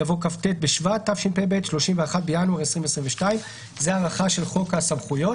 יבוא "כ"ט בשבט התשפ"ב (31 בינואר 2022)". זו הארכה של חוק הסמכויות,